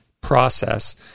process